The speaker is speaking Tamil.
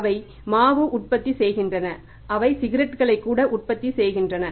அவை மாவு உற்பத்தி செய்கின்றன அவை சிகரெட்டுகளை கூட உற்பத்தி செய்கின்றன